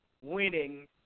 winning